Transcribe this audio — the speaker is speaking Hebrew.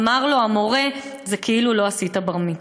אמר לו המורה: זה כאילו לא עשית בר-מצווה.